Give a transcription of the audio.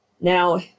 Now